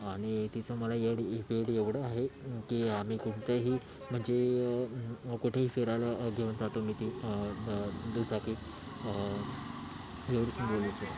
आणि तीच मला एड एवं वेड एवढं आहे की आम्ही कोणत्याही म्हणजे कुठेही फिरायला घेऊन जातो मी ती दुचाकी एवढंच मला बोलायचं आहे